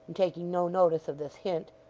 and taking no notice of this hint,